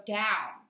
down